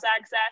access